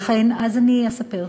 אז אני אספר,